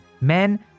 men